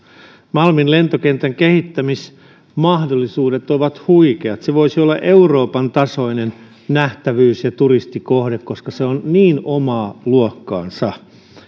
malmin lentokentän kehittämismahdollisuudet ovat huikeat se voisi olla euroopan tasoinen nähtävyys ja turistikohde koska se on niin omaa luokkaansa